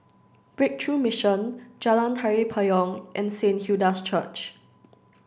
Breakthrough Mission Jalan Tari Payong and Saint Hilda's Church